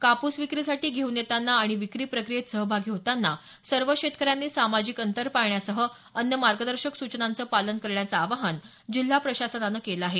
कापूस विक्रीसाठी घेऊन येतांना आणि विक्री प्रक्रियेत सहभागी होतांना सर्व शेतकऱ्यांनी सामाजिक अंतर पाळण्यासह अन्य मार्गदर्शक सूचनांचं पालन करण्याचं आवाहन जिल्हा प्रशासनानं केलं आहे